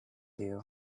you